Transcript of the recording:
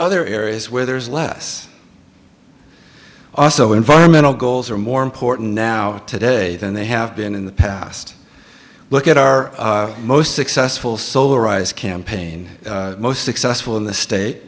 other areas where there's less also environmental goals are more important now today than they have been in the past look at our most successful solar rise campaign most successful in the state